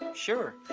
sure.